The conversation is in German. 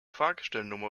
fahrgestellnummer